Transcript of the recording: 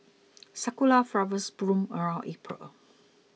sakura flowers bloom around April